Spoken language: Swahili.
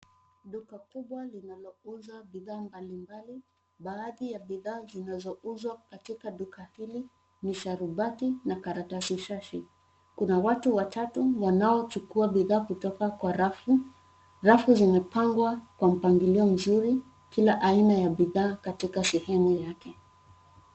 Duka kubwa linalouza bidhaa mbalimbali. Baadhi ya bidhaa zinazouzwa katika duka hili ni sharubati na karatasi shashi. Kuna watu watatu wanaochukua bidhaa kutoka kwa rafu. Rafu zimepangwa kwa mpangilio mzuri, kila aina ya bidhaa katika sehemu yake.